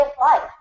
life